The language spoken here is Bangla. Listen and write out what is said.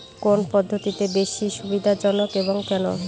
কোন পদ্ধতি বেশি সুবিধাজনক এবং কেন?